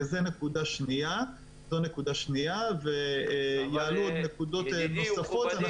זו נקודה שנייה, ויעלו עוד נקודות נוספות.